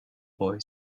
boy